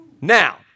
Now